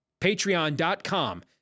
Patreon.com